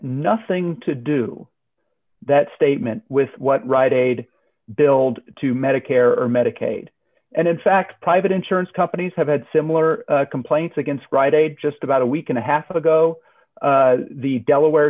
nothing to do that statement with what rite aid billed to medicare or medicaid and in fact private insurance companies have had similar complaints against friday just about a week and a half ago the delaware